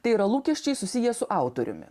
tai yra lūkesčiai susiję su autoriumi